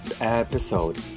episode